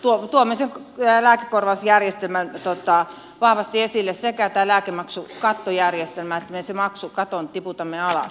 oho tuomisen täällä korvausjärjestelmä tuottaa vahvasti esille sekä tämän lääkemaksukattojärjestelmän että sen me sen maksukaton tiputamme alas